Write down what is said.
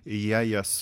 jie jas